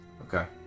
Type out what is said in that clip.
Okay